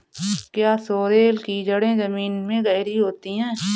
क्या सोरेल की जड़ें जमीन में गहरी होती हैं?